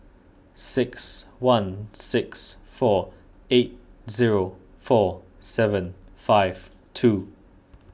six one six four eight zero four seven five two